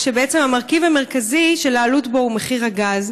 כשבעצם המרכיב המרכזי של העלות בו הוא מחיר הגז?